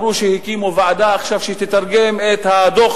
אמרו גם שהקימו ועדה שתתרגם את הדוח